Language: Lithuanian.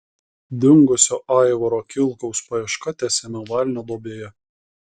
dingusio aivaro kilkaus paieška tęsiama velnio duobėje